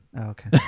Okay